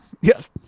Yes